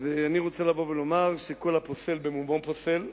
אני רוצה לבוא ולומר שכל הפוסל, במומו פוסל.